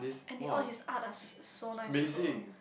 and the all his art are s~ so nice also